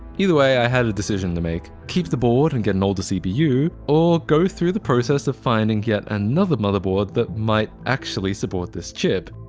either way, i had a decision to make. keep the board and get an older cpu or go through the process of finding yet another motherboard that might actually support this chip.